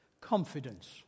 confidence